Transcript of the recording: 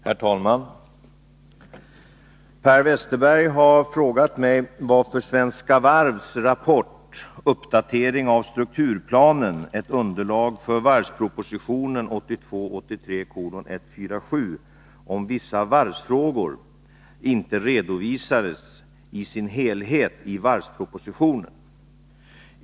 Herr talman! Per Westerberg har frågat mig varför Svenska Varvs rapport ”Uppdatering av strukturplanen — ett underlag för varvspropositionen 1982/83:147 om vissa varvsfrågor” inte i sin helhet redovisades i varvspropositionen.